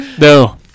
No